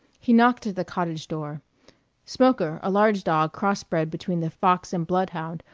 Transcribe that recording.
he knocked at the cottage-door smoker, a large dog cross-bred between the fox and blood-hound,